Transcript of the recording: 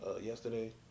Yesterday